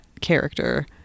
character